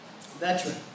Veteran